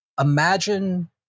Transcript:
imagine